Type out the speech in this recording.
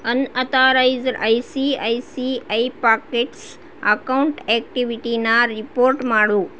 unauthorised I C I C I pockets account ಆಕ್ಟಿವಿಟಿನ report ಮಾಡು